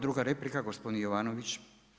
Druga replika gospodin Jovanović.